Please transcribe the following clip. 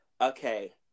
okay